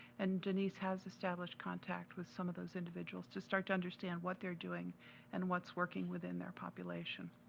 and denise has established contact with some of those individuals to start to understand what they're doing and what's working within their population.